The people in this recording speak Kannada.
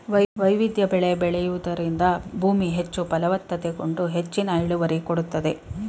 ವೈವಿಧ್ಯ ಬೆಳೆ ಬೆಳೆಯೂದರಿಂದ ಭೂಮಿ ಹೆಚ್ಚು ಫಲವತ್ತತೆಗೊಂಡು ಹೆಚ್ಚಿನ ಇಳುವರಿ ಕೊಡುತ್ತದೆ